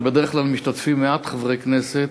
שבדרך כלל משתתפים בו מעט חברי כנסת,